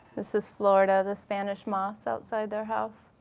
this is florida the spanish moss outside their house.